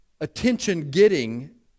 attention-getting